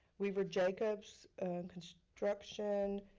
weaver jacobs construction.